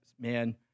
Man